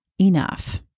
enough